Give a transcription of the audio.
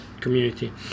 community